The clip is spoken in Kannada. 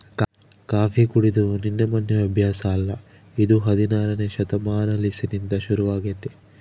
ಕಾಫಿ ಕುಡೆದು ನಿನ್ನೆ ಮೆನ್ನೆ ಅಭ್ಯಾಸ ಅಲ್ಲ ಇದು ಹದಿನಾರನೇ ಶತಮಾನಲಿಸಿಂದ ಶುರುವಾಗೆತೆ